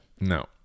no